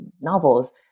novels